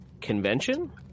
convention